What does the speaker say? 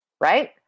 right